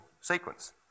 sequence